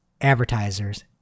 advertisers